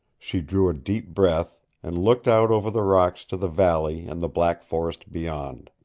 she drew a deep breath, and looked out over the rocks to the valley and the black forest beyond.